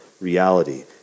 reality